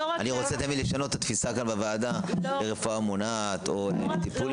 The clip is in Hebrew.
אני רוצה גם תמיד לשנות את התפיסה כאן בוועדה לרפואה מונעת או טיפולים.